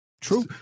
True